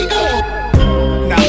Now